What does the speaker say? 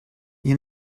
you